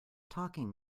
talking